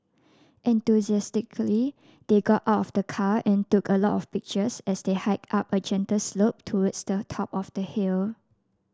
enthusiastically they got out of the car and took a lot of pictures as they hiked up a gentle slope towards the top of the hill